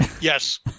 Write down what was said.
Yes